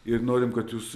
ir norim kad jūs